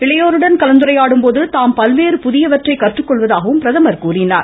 இளையோருடன் கலந்துரையாடும்போது தாம் பல்வேறு புதியவற்றை கற்றுக்கொள்வதாகவும் பிரதமர் தெரிவித்தார்